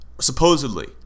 Supposedly